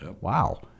Wow